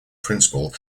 principle